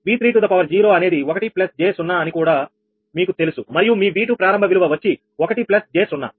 𝑉30 అనేది 1 j 0 అని కూడా మీకు తెలుసు మరియు మీ 𝑉2 ప్రారంభ విలువ వచ్చి 1 j 0